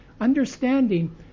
understanding